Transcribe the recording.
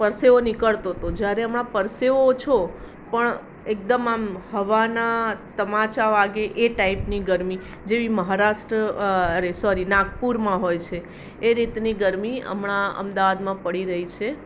પરસેવો નીકળતો હતો જ્યારે આમાં પરસેવો ઓછો પણ એકદમ આમ હવાના તમાચા વાગે એ ટાઈપની ગરમી જેવી મહારાષ્ટ્ર અરે સોરી નાગપુરમાં હોય છે એ રીતની ગરમી હમણાં અમદાવાદમાં પડી રહી છે